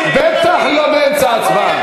בוקר טוב, נזכרת, בטח לא באמצע הצבעה.